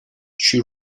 she